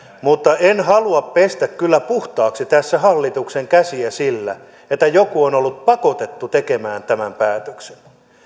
mutta en kyllä halua pestä puhtaaksi hallituksen käsiä sillä joku on ollut pakotettu tekemään tämän päätöksen